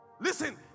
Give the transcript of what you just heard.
Listen